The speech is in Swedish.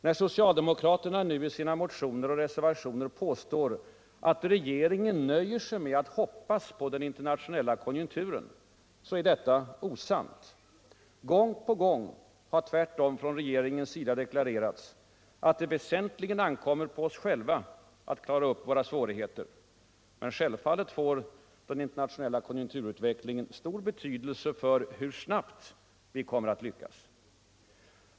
När socialdemokraterna nu i sina motioner och reservationer påstår att regeringen nöjt sig med att hoppas på den internationella konjunkturen är detta osant. Gång på gång har tvärtom från regeringens sida deklarerats att det väsentligen ankommer på oss själva att klara av våra svårigheter, men självfallet får den internationella konjunkturutvecklingen stor betydelse för hur snart vi kommer att lyckas.